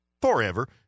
forever